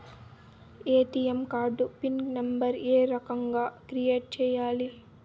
ATM card PIN number ఏ రకంగా create సేయాలి